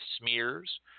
smears